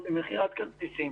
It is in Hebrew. יכולה להיות בכל מרכיב הוצאות,